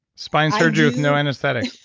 spine surgery with no antiseptic.